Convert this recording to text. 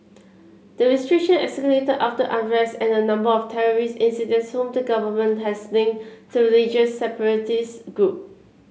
the restrictions escalated after unrest and a number of terrorist incidents whom the government has linked to religious separatist group